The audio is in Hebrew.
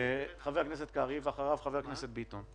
חבר הכנסת קרעי ואחריו חבר הכנסת ביטון,